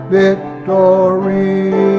victory